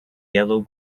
yellow